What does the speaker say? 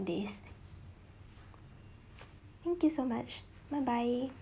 days thank you so much bye bye